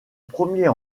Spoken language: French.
premier